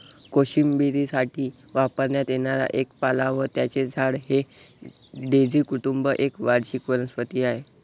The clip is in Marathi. कोशिंबिरीसाठी वापरण्यात येणारा एक पाला व त्याचे झाड हे डेझी कुटुंब एक वार्षिक वनस्पती आहे